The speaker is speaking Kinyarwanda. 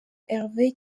hervé